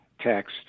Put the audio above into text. text